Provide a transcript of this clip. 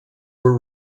were